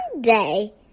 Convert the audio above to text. day